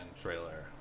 trailer